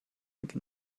can